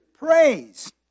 Praise